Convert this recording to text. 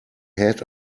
had